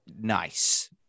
nice